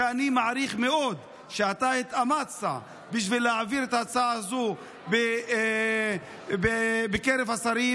שאני מעריך מאוד שאתה התאמצת בשביל להעביר את ההצעה הזו בקרב השרים.